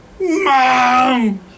Mom